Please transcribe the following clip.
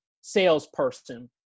salesperson